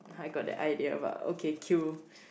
I got that idea but okay queue